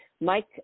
Mike